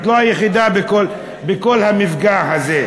את לא היחידה בכל המפגע הזה.